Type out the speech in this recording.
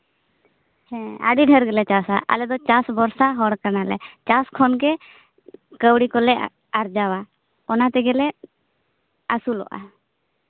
ᱦᱮᱸ ᱟᱹᱰᱤ ᱰᱷᱮᱨ ᱜᱮᱞᱮ ᱪᱟᱥᱟ ᱟᱞᱮ ᱫᱚ ᱪᱟᱥ ᱵᱷᱚᱨᱥᱟ ᱦᱚᱲ ᱠᱟᱱᱟᱞᱮ ᱪᱟᱥ ᱠᱷᱚᱱᱜᱮ ᱠᱟᱹᱣᱰᱤ ᱠᱚᱞᱮ ᱟᱨᱡᱟᱣᱟ ᱚᱱᱟ ᱛᱮᱜᱮᱞᱮ ᱟᱹᱥᱩᱞᱚᱜᱼᱟ